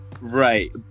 right